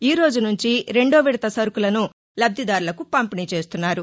ఈరోజు నుంచి రెండో విడత సరుకులను లబ్గిదారులకు పంపిణీ చేస్తున్నారు